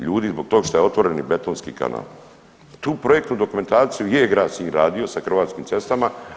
Ljudi zbog tog što je otvoreni betonski kanal tu projektnu dokumentaciju je grad Sinj radio sa Hrvatskim cestama.